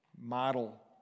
Model